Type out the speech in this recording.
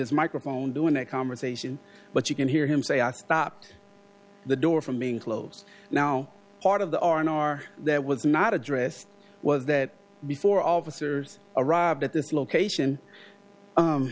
his microphone due in a conversation but you can hear him say i stopped the door from being close now part of the r n r that was not addressed was that before officers arrived at this location